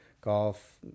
golf